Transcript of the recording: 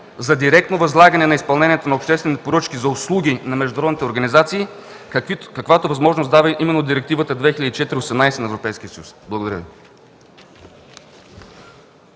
за директно възлагане на изпълнението на обществени поръчки за услуги на международните организации, каквато възможност дава именно Директива 2004/18 ЕС. Благодаря Ви.